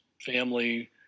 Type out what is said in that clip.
family